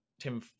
tim